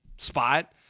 Spot